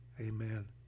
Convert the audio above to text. Amen